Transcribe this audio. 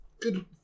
Good